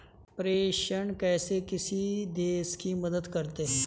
प्रेषण कैसे किसी देश की मदद करते हैं?